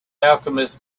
alchemist